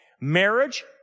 Marriage